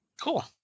Cool